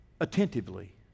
attentively